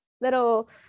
little